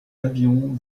avions